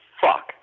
Fuck